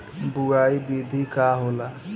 बुआई विधि का होला?